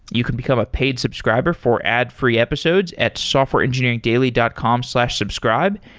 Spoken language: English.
you can become a paid subscriber for ad-free episodes at softwareengineeringdaily dot com slash subscribe.